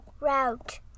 route